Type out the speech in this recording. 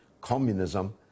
communism